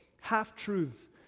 half-truths